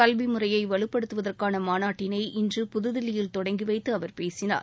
கல்வி முறையை வலுப்படுத்துவதற்கான மாநாட்டினை இன்று புதுதில்லியில் தொடங்கி வைத்து அவர் பேசினார்